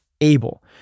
able